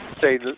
say